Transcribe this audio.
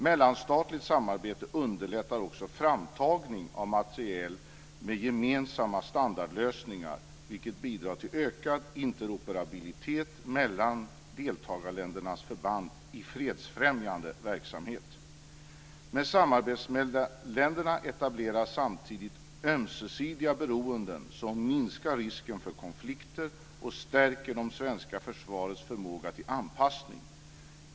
Mellanstatligt samarbete underlättar också framtagning av materiel med gemensamma standardlösningar, vilket bidrar till ökad interoperabilitet mellan deltagarländernas förband i fredsfrämjande verksamhet. Med samarbetsländerna etableras samtidigt ömsesidiga beroenden som minskar risken för konflikter och stärker det svenska försvarets förmåga till anpassning.